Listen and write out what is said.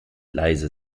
leise